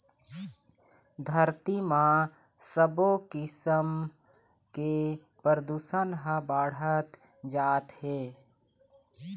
धरती म सबो किसम के परदूसन ह बाढ़त जात हे